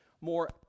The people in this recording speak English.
more